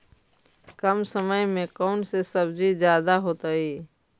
कम समय में कौन से सब्जी ज्यादा होतेई?